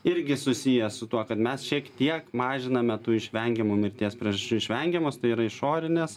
irgi susijęs su tuo kad mes šiek tiek mažiname tų išvengiamų mirties priežasčių išvengiamos tai yra išorinės